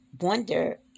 wonder